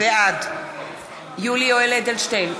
בעד יולי יואל אדלשטיין,